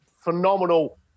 phenomenal